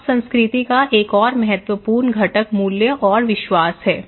अब संस्कृति का एक और महत्वपूर्ण घटक मूल्य और विश्वास है